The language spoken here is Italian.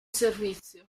servizio